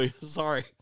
Sorry